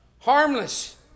Harmless